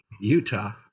utah